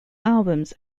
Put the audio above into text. albums